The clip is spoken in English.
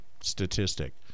statistic